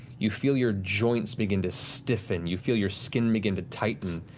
you feel your joints begin to stiffen, you feel your skin begin to tighten,